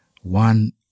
one